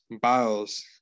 Biles